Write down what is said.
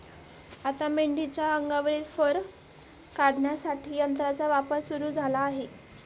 आता मेंढीच्या अंगावरील फर काढण्यासाठी यंत्राचा वापर सुरू झाला आहे